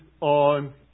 on